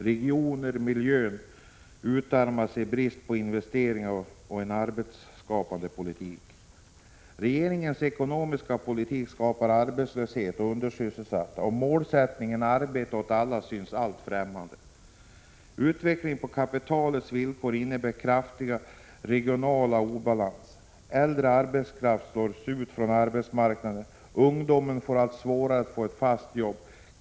Regioner och miljö utarmas i brist på investeringar och en arbetsskapande politik. Regeringens ekonomiska politik skapar arbetslöshet och undersysselsättning, och målsättningen arbete åt alla syns alltmer främmande. Utvecklingen på kapitalets villkor innebär kraftiga regionala obalanser. Äldre arbetskraft slås ut från arbetsmarknaden. Ungdomen får allt svårare att få ett fast jobb.